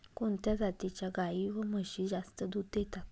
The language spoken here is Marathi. कोणत्या जातीच्या गाई व म्हशी जास्त दूध देतात?